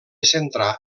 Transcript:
centrà